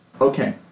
okay